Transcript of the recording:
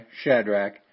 Shadrach